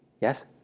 Yes